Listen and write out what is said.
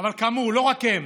אבל כאמור, לא רק הם,